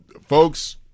Folks